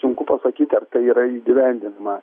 sunku pasakyti ar tai yra įgyvendinama